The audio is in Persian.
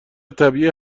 طبیعیه